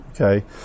okay